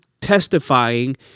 testifying